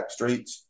Backstreets